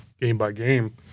game-by-game